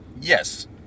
Yes